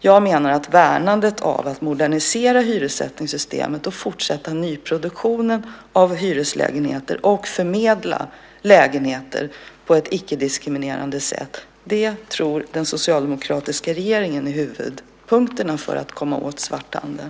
Jag menar att det handlar om värnandet av och att modernisera hyressättningssystemet, att fortsätta nyproduktionen av hyreslägenheter och att förmedla lägenheter på ett icke-diskriminerande sätt. Det tror den socialdemokratiska regeringen är huvudpunkterna för att komma åt svarthandeln.